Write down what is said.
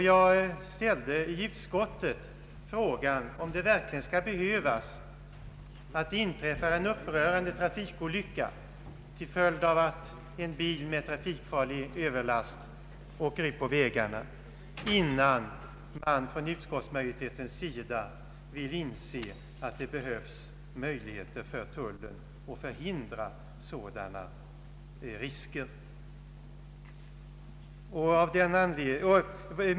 Jag ställde i utskottet frågan, om det verkligen skall behövas att det inträffar en upprörande trafikolycka till följd av att en bil med trafikfarlig överlast ger sig ut på vägarna, innan man från utskottsmajoritetens sida vill inse att tullen måste få möjlighet att förhindra sådana risker.